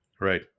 right